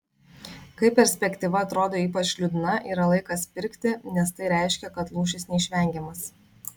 kai perspektyva atrodo ypač liūdna yra laikas pirkti nes tai reiškia kad lūžis neišvengiamas